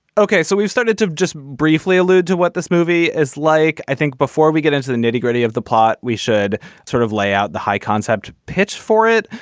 okay. so we've started to just briefly allude to what this movie is like. i think before we get into the nitty gritty of the plot, we should sort of lay out the high concept pitch for it,